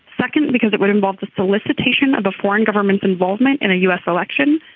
second because it would involve the solicitation of a foreign government's involvement in a u s. election.